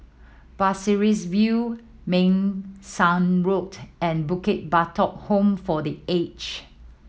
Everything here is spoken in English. Pasir Ris View Meng Suan Road and Bukit Batok Home for The Age